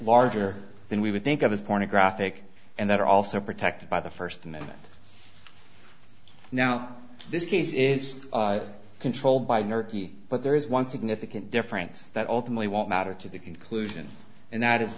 larger than we would think of as pornographic and that are also protected by the first amendment now this case is controlled by murky but there is one significant difference that ultimately won't matter to the conclusion and that is